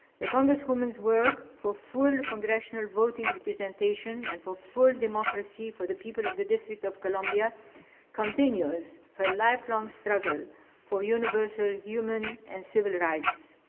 the congresswoman's work for full congressional voting and presentation and for full democracy for the people of the district of columbia continues her lifelong struggle for universal human and civil rights.